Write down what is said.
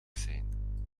zijn